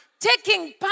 Taking